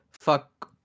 fuck